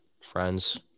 Friends